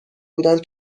بودن